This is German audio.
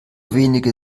wenige